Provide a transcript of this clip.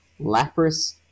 lapras